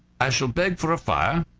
i shall beg for a fire,